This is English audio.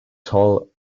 tall